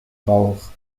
rauch